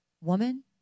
Woman